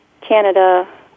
Canada